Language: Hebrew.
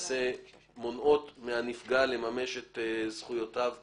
שלמעשה מונעות מהנפגע לממש את זכויותיו כנפגע.